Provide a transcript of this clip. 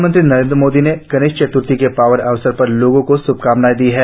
प्रधानमंत्री नरेन्द्र मोदी ने गणेश चत्र्थी के पावन अवसर पर लोगों को श्भकामनाएं दी है